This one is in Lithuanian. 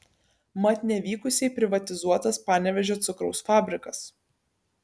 mat nevykusiai privatizuotas panevėžio cukraus fabrikas